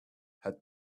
had